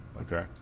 okay